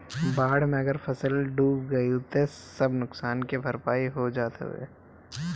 बाढ़ में अगर फसल डूब गइल तअ सब नुकसान के भरपाई हो जात हवे